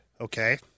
okay